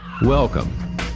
Welcome